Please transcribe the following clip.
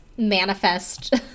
manifest